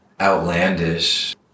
outlandish